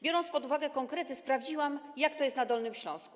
Biorąc pod uwagę konkrety, sprawdziłam, jak to jest na Dolnym Śląsku.